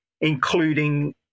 including